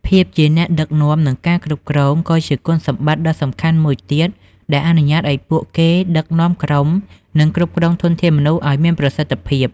ភាពជាអ្នកដឹកនាំ និងការគ្រប់គ្រង ក៏ជាគុណសម្បត្តិដ៏សំខាន់មួយទៀត ដែលអនុញ្ញាតឱ្យពួកគេដឹកនាំក្រុម និងគ្រប់គ្រងធនធានមនុស្សឱ្យមានប្រសិទ្ធភាព។